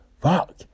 Fuck